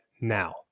now